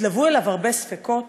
התלוו אליו הרבה ספקות.